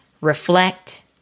reflect